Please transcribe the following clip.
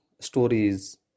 stories